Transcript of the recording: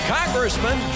Congressman